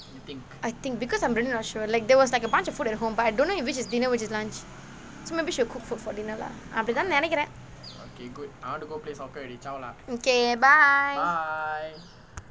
I think because I'm really not sure like there was like a bunch of food at home by donor you which is dinner which just lunch to membership cook food for dinner lah after rhythm many good at okay bye